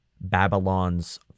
Babylon's